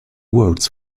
words